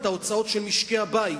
את ההוצאות של משקי-הבית